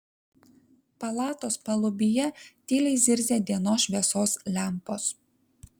palatos palubyje tyliai zirzė dienos šviesos lempos